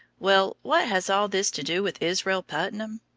well, what has all this to do with israel putnam?